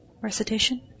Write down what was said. Recitation